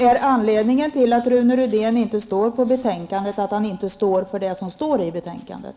Fru talman! Är anledningen till att Rune Rydéns namn inte finns med i betänkandet att han inte står för vad som anförs i betänkandet?